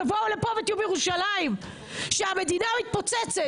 תבואו לפה ותהיו בירושלים כשהמדינה מתפוצצת.